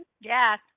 Yes